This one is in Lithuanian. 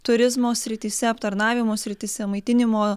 turizmo srityse aptarnavimo srityse maitinimo